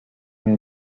may